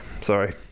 sorry